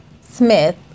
Smith